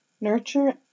Nurture